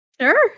sure